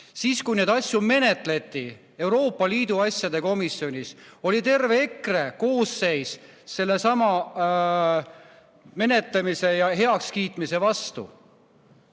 Siis, kui neid asju menetleti Euroopa Liidu asjade komisjonis, oli terve EKRE koosseis sellesama menetlemise ja heakskiitmise vastu.